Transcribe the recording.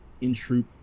in-troop